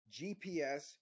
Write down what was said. GPS